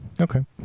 Okay